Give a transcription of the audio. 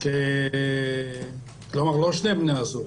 --- גם לא שני בני הזוג,